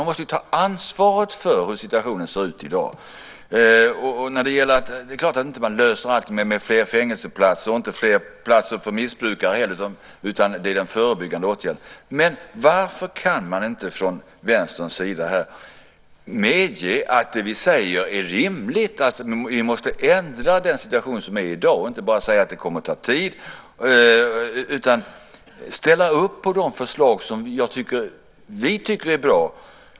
Man måste ta ansvar för situationen. Det är klart att man inte löser allt med fler fängelseplatser och fler platser för missbrukare, utan det krävs förebyggande åtgärder. Men varför kan inte Vänstern medge att det vi säger är rimligt, att dagens situation måste ändras? Man kan inte bara säga att det kommer att ta tid, utan man borde ställa upp på de förslag som vi tycker är bra.